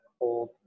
hold